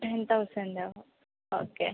ten തൗസൻഡാ okay